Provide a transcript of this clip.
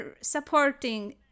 supporting